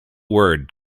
word